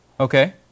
Okay